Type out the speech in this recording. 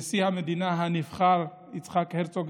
נשיא המדינה הנבחר יצחק הרצוג,